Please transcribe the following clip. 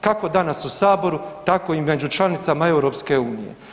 Kako danas u saboru tako i među članicama EU.